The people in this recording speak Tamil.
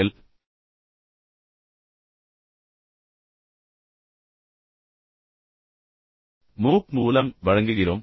எல் மூக் மூலம் வழங்குகிறோம்